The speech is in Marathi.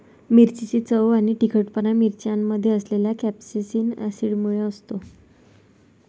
मिरचीची चव आणि तिखटपणा मिरच्यांमध्ये असलेल्या कॅप्सेसिन ऍसिडमुळे असतो